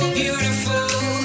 beautiful